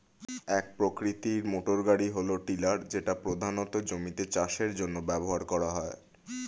এক প্রকৃতির মোটরগাড়ি হল টিলার যেটা প্রধানত জমিতে চাষের জন্য ব্যবহার করা হয়